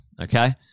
Okay